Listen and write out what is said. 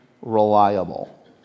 reliable